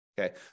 okay